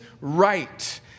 right